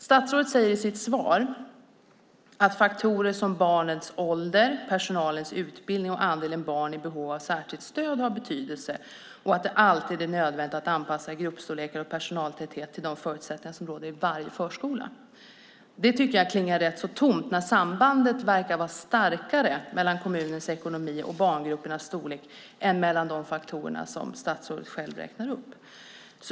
Statsrådet säger i sitt svar att faktorer som barnens ålder, personalens utbildning och andelen barn i behov av särskilt stöd har betydelse och att det alltid är nödvändigt att anpassa gruppstorlekar och personaltäthet till de förutsättningar som råder i varje förskola. Det tycker jag klingar rätt tomt när sambandet verkar vara starkare mellan kommunens ekonomi och barngruppernas storlek än mellan de faktorer som statsrådet själv räknar upp.